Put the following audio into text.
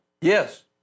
Yes